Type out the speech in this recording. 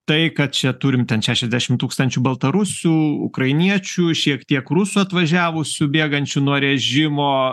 tai kad čia turim ten šešiasdešim tūkstančių baltarusių ukrainiečių šiek tiek rusų atvažiavusių bėgančių nuo režimo